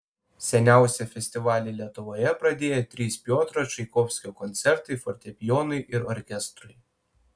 seniausią festivalį lietuvoje pradėjo trys piotro čaikovskio koncertai fortepijonui ir orkestrui